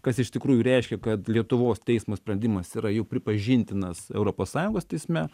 kas iš tikrųjų reiškia kad lietuvos teismo sprendimas yra jau pripažintinas europos sąjungos teisme